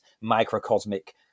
microcosmic